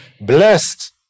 blessed